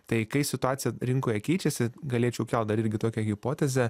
tai kai situacija rinkoje keičiasi galėčiau kelt dar irgi tokią hipotezę